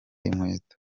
inkweto